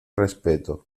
respeto